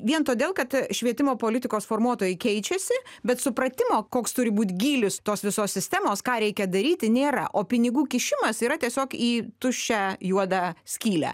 vien todėl kad švietimo politikos formuotojai keičiasi bet supratimo koks turi būt gylis tos visos sistemos ką reikia daryti nėra o pinigų kišimas yra tiesiog į tuščią juodą skylę